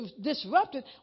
disrupted